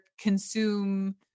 consume